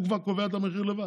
הוא כבר קובע את המחיר לבד.